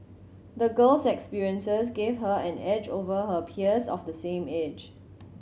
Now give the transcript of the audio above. the girl's experiences gave her an edge over her peers of the same age